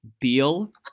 Beal